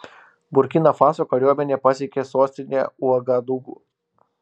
burkina faso kariuomenė pasiekė sostinę uagadugu